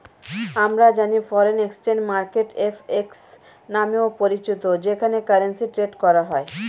আমরা জানি foreign exchange market FX নামেও পরিচিত যেখানে কারেন্সি ট্রেড করা হয়